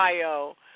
Ohio